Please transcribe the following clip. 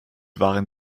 waren